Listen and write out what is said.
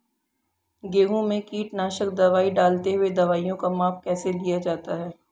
गेहूँ में कीटनाशक दवाई डालते हुऐ दवाईयों का माप कैसे लिया जाता है?